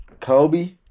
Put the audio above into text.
Kobe